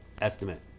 estimate